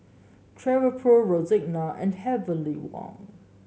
Travelpro Rexona and Heavenly Wang